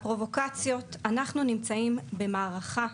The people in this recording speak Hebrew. אנחנו נמצאים במערכה,